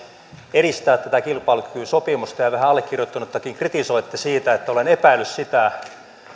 edistää tätä kilpailukykysopimusta ja vähän allekirjoittanuttakin kritisoitte siitä että olen epäillyt sitä